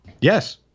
Yes